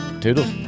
Toodles